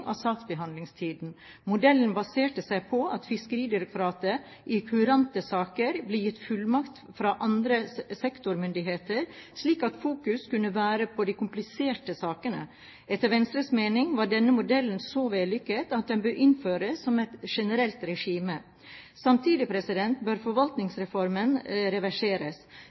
av saksbehandlingstiden. Modellen baserte seg på at Fiskeridirektoratet i kurante saker ble gitt fullmakt fra andre sektormyndigheter, slik at fokus kunne være på de kompliserte sakene. Etter Venstres mening var denne modellen så vellykket at den bør innføres som et generelt regime. Samtidig bør forvaltningsreformen reverseres.